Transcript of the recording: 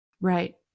Right